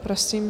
Prosím.